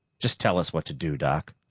just tell us what to do, doc.